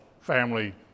family